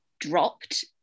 dropped